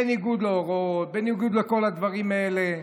בניגוד להוראות, בניגוד לכל הדברים האלה.